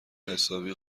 حسابی